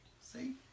see